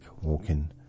walking